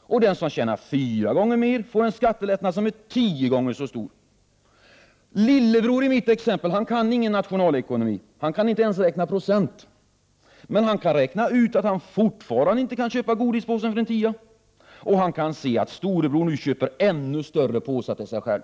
och den som tjänar fyra gånger mer får en skattelättnad som är tio gånger så stor. Lillebror i mitt exempel kan ingen nationalekonomi, han kan inte ens räkna procent, men han kan räkna ut att han fortfarande inte kan köpa godispåsen för en tia, och han kan se att storebror nu köper ännu större påsar till sig själv.